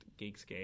Geekscape